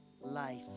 life